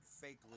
fake